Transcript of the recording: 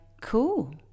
cool